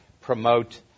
promote